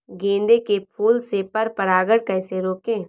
गेंदे के फूल से पर परागण कैसे रोकें?